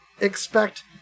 expect